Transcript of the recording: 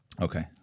Okay